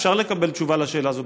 אפשר לקבל תשובה על השאלה הזאת,